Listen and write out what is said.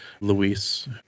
Luis